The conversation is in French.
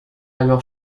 alors